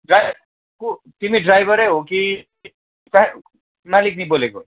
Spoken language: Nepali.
ड्राई को तिमी ड्राइभरै हो कि मा मालिक्नी बोलेको